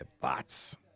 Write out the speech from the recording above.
bots